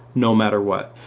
no matter what.